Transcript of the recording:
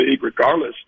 regardless